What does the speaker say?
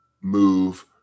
move